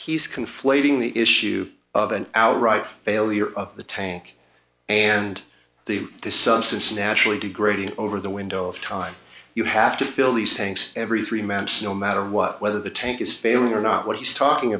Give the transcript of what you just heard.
he's conflating the issue of an outright failure of the tank and the substance naturally degrading over the window of time you have to fill these things every three months no matter what whether the tank is failing or not what he's talking